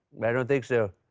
i don't think so,